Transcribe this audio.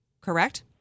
correct